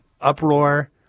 uproar